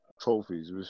trophies